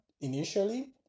initially